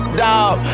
dog